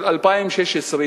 של 2016,